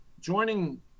joining